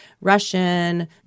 Russian